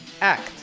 act